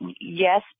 yes